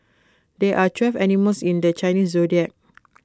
there are twelve animals in the Chinese Zodiac